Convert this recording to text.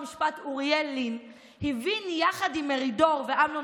חוק ומשפט אוריאל לין הבין יחד עם מרידור ואמנון